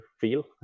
feel